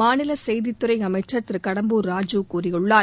மாநில செய்தித்துறை அமைச்சர் திரு கடம்பூர் ராஜூ கூறியுள்ளார்